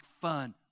fun